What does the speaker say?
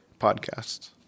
podcasts